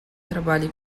trabalhe